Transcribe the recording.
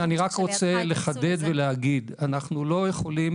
אני רק רוצה לחדד ולהגיד: אנחנו לא יכולים